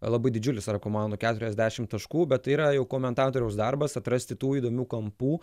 labai didžiulis tarp komandų keturiasdešim taškų bet tai yra jau komentatoriaus darbas atrasti tų įdomių kampų